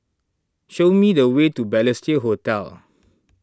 show me the way to Balestier Hotel